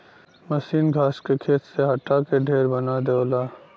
मसीन घास के खेत से हटा के ढेर बना देवला